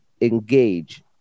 engage